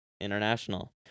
international